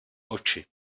oči